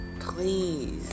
please